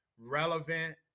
relevant